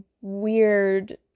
weird